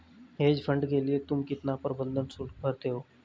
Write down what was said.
Hedge fund के लिए तुम कितना प्रबंधन शुल्क भरते हो?